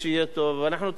אנחנו צריכים לא לשכוח,